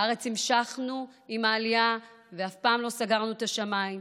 בארץ המשכנו עם העלייה ואף פעם לא סגרנו את השמיים.